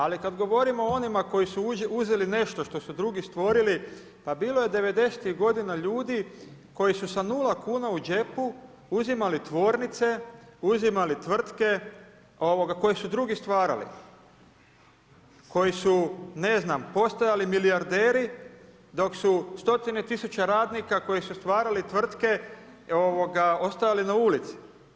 Ali kada govorimo o onima koji su uzeli nešto što su drugi stvorili, pa bilo je devedesetih godina ljudi koji su sa nula kuna u džepu uzimali tvornice, uzimali tvrtke koje su drugi stvarali, koji su ne znam postajali milijarderi dok su stotine tisuća radnika koji su stvarali tvrtke ostajali na ulici.